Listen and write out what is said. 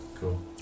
cool